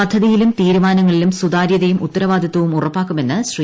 പദ്ധതിയിലും തീരുമാനങ്ങ ളിലും സുതാര്യതയും ഉത്തരവാദിത്തവും ഉറപ്പാക്കുമെന്ന് ശ്രീ